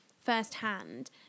firsthand